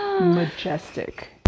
majestic